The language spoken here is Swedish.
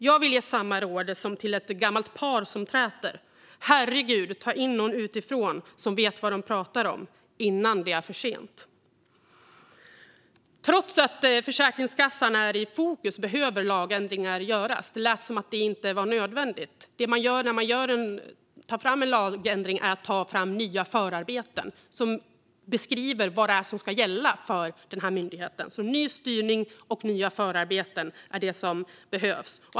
Jag vill ge samma råd som till ett gammalt par som träter: Herregud, ta in någon utifrån som vet vad den pratar om, innan det är för sent! Trots att Försäkringskassan är i fokus behöver lagändringar göras. Det lät som om det inte var nödvändigt tidigare. Det man gör när man tar fram en lagändring är att ta fram nya förarbeten, som beskriver vad som ska gälla för myndigheten. Ny styrning och nya förarbeten är det som behövs.